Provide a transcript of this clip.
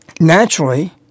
naturally